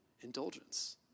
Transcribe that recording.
indulgence